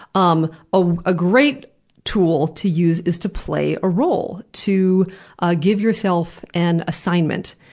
um ah a great tool to use is to play a role to ah give yourself an assignment.